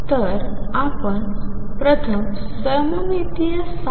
तरआपण प्रथम सममितीय ψ